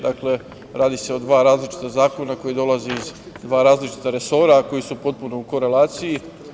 Dakle, radi se o dva različita zakona koji dolaze iz dva različita resora, a koji su potpuno u koleraciji.